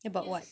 about what